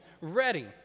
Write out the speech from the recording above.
ready